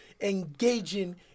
engaging